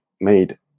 made